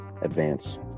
Advance